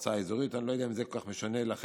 המועצה האזורית, אני לא יודע אם זה כל כך משנה לך.